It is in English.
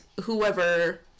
whoever